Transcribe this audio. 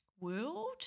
world